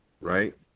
right